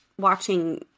watching